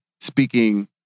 speaking